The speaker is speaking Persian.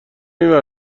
اینور